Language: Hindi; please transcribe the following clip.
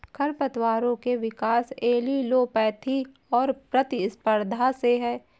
खरपतवारों के विकास एलीलोपैथी और प्रतिस्पर्धा से है